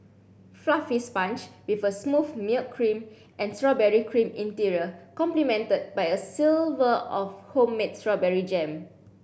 fluffy sponge with a smooth milk cream and strawberry cream interior complemented by a silver of homemade strawberry jam